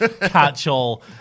catch-all